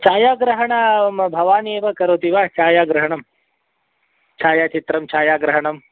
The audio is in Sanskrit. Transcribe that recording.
छायाग्रहणं भवान् एव करोति वा छायाग्रहणं छायाचित्रं छायाग्रहणं